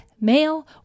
male